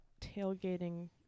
tailgating